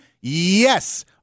Yes